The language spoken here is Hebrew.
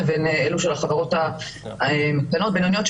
לבין אלה של החברות הקטנות והבינוניות,